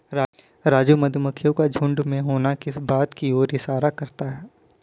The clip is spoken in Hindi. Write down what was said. राजू मधुमक्खियों का झुंड में होना किस बात की ओर इशारा करता है?